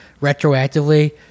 retroactively